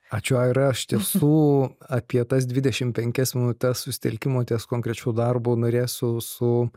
ačiū aira iš tiesų apie tas dvidešim penkias minutes susitelkimo ties konkrečiu darbu norėsiu su